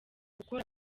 gukora